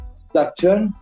structure